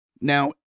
Now